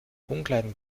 umkleiden